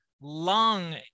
lung